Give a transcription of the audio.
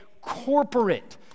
corporate